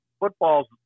football's